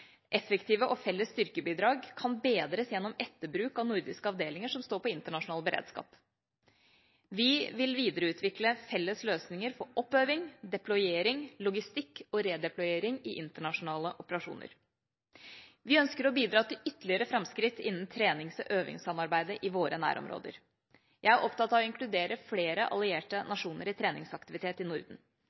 effektive og felles styrkebidrag kan bedres gjennom etterbruk av nordiske avdelinger som står på internasjonal beredskap. Vi vil videreutvikle felles løsninger for oppøving, deployering, logistikk og redeployering i internasjonale operasjoner. Vi ønsker å bidra til ytterligere framskritt innen trenings- og øvingssamarbeidet i våre nærområder. Jeg er opptatt av å inkludere flere allierte nasjoner i treningsaktivitet i Norden.